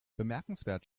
bemerkenswert